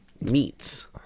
meats